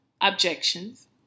objections